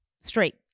Straight